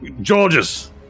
Georges